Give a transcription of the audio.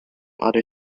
other